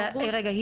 אבל רגע,